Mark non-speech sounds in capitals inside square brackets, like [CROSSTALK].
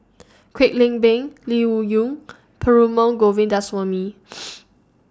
Kwek Leng Beng Lee Wung Yew Perumal Govindaswamy [NOISE]